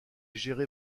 géré